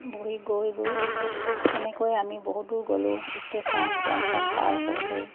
বহি গৈ গৈ তেনেকৈ আমি বহুত দূৰ গ'লোঁ ষ্টেশ্যন জংশ্যন পাৰ হৈ হৈ